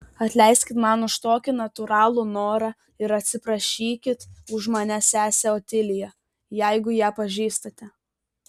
atleiskit man už tokį natūralų norą ir atsiprašykit už mane sesę otiliją jeigu ją pažįstate